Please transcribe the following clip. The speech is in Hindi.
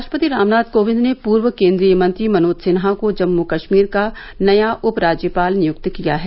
राष्ट्रपति रामनाथ कोविंद ने पूर्व केन्द्रीय मंत्री मनोज सिन्हा को जम्मू कश्मीर का नया उपराज्यपाल नियुक्त किया है